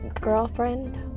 girlfriend